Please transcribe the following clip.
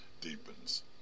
deepens